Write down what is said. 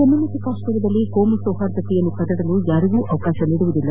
ಜಮ್ಮ ಮತ್ತು ಕಾಶ್ಮೀರದಲ್ಲಿ ಕೋಮ ಸೌಹಾರ್ದತೆಯನ್ನು ಕದಡಲು ಯಾರಿಗೂ ಅವಕಾಶ ನೀಡುವುದಿಲ್ಲ